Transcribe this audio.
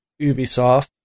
Ubisoft